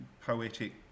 poetic